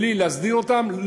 בלי להסדיר אותם,